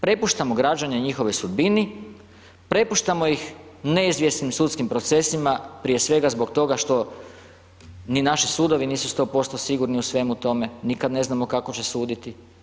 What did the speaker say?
Prepuštamo građane njihovoj sudbini, prepuštamo ih neizvjesnim sudskim procesima, prije svega zbog toga što ni naši sudovi nisu 100% sigurni u svemu tome, nikad ne znamo kako će suditi.